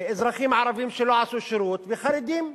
אזרחים ערבים שלא עשו שירות, וחרדים,